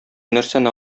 нәрсәне